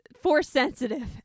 Force-sensitive